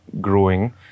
growing